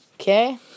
Okay